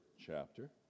chapter